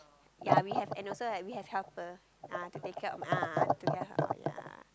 ya we have and also have we have helper ah to take care ah take care of her ya